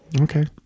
Okay